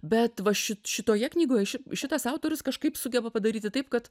bet va ši šitoje knygoje ši šitas autorius kažkaip sugeba padaryti taip kad